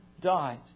died